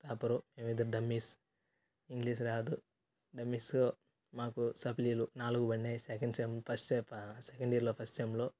topper మేమైతే dummies English రాదు dummies మాకు సప్లీలు నాలుగు బడినాయి సెకండ్ సెమ్ పస్ట్ సె సెకండ్ ఇయర్లో ఫస్ట్ సెమ్లో